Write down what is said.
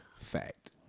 Fact